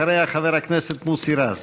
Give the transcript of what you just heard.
אחריה, חבר הכנסת מוסי רז.